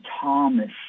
Thomas